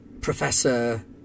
Professor